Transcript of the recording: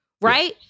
right